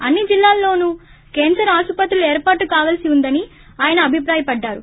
అన్ని జిల్లాల్లోనూ కేన్సర్ ఆసుపత్రులు ఏర్పాటు కావలసి ఉందని ఆయన అభిప్రాయపడ్డారు